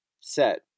set